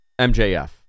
MJF